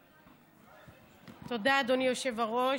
תודה, אדוני היושב-ראש.